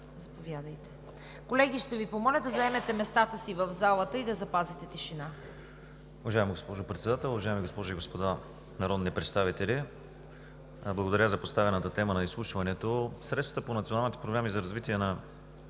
Заповядайте. Колеги, ще Ви помоля да заемете местата си в залата и да запазите тишина. МИНИСТЪР КРАСИМИР ВЪЛЧЕВ: Уважаема госпожо Председател, уважаеми госпожи и господа народни представители! Благодаря за поставената тема на изслушването. Средствата по националните програми за развитие на